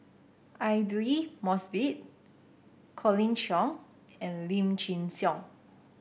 Aidli Mosbit Colin Cheong and Lim Chin Siong